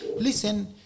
listen